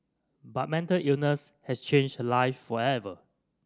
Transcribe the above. but mental illness has changed her life forever